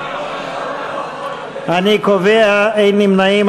אין נמנעים.